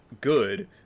good